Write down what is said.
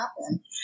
happen